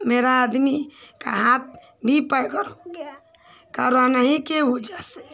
मेरे आदमी का हाथ भी हो गया कोरोना ही की वज़ह से